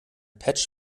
patch